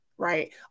Right